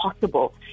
possible